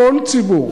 כל ציבור,